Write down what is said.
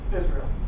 Israel